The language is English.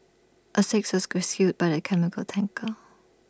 A sixth was rescued by the chemical tanker